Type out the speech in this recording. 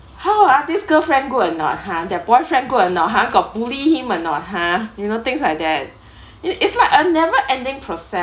how ah this girlfriend good or not !huh! their boyfriend good or not !huh! got bully him or not !huh! you know things like that it's like a never ending process